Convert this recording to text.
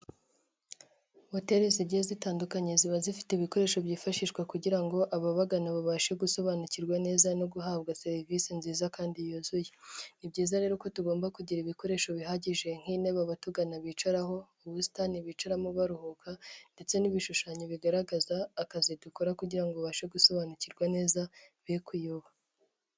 Hoteli zigiye zitandukanye ziba zifite ibikoresho byifashishwa kugira ngo ababagana babashe gusobanukirwa neza no guhabwa serivisi nziza kandi yuzuye, ni byiza rero ko tugomba kugira ibikoresho bihagije nk'intebe abatugana bicaraho, ubusitani bicaramo baruhuka ndetse n'ibishushanyo bigaragaza akazi dukora kugira ngo babashe gusobanukirwa neza be kuyoba.